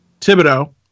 Thibodeau